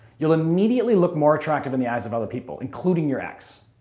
you'll immediately look more attractive in the eyes of other people, including your ex.